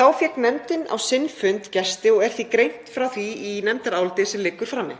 Þá fékk nefndin á sinn fund gesti og er greint frá því í nefndaráliti sem liggur frammi.